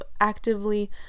actively